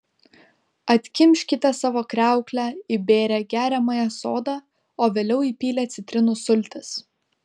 atkimškite savo kriauklę įbėrę geriamąją soda o vėliau įpylę citrinų sultis